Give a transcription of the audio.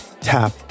tap